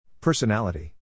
Personality